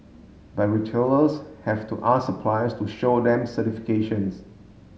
but retailers have to ask suppliers to show them certifications